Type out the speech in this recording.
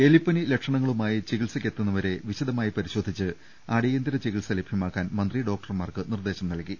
എലിപ്പനി ലക്ഷണങ്ങളുമായി ചികിത്സക്കെത്തുന്നവരെ വിശ ദമായി പരിശോധിച്ച് അടിയന്തര ചികിത്സ ലഭൃമാക്കാൻ മന്ത്രി ഡോക്ടർമാർക്ക് നിർദേശം നൽകി